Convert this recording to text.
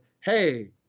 hey